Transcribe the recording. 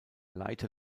leiter